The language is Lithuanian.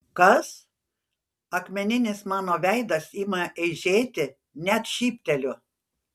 kas akmeninis mano veidas ima eižėti net šypteliu